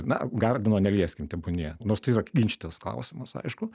na gardino nelieskim tebūnie nors tai yra ginčytinas klausimas aišku